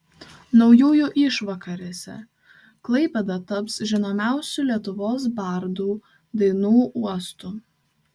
naujųjų išvakarėse klaipėda taps žinomiausių lietuvos bardų dainų uostu